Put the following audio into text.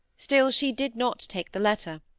still she did not take the letter.